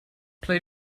play